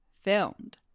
Filmed